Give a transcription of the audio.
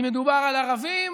אם מדובר על ערבים